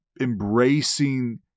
embracing